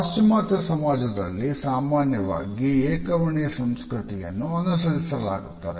ಪಾಶ್ಚಿಮಾತ್ಯ ಸಮಾಜದಲ್ಲಿ ಸಾಮಾನ್ಯವಾಗಿ ಏಕವರ್ಣೀಯ ಸಂಸ್ಕೃತಿಯನ್ನು ಅನುಸರಿಸಲಾಗುತ್ತದೆ